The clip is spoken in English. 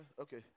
Okay